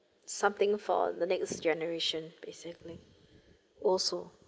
something for the next generation basically also